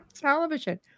television